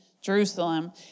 Jerusalem